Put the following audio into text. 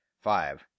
five